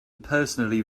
personally